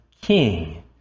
king